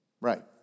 Right